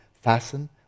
fasten